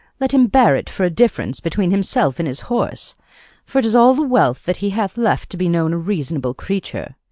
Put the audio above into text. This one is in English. let him bear it for a difference between himself and his horse for it is all the wealth that he hath left to be known a reasonable creature.